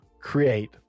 create